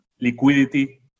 liquidity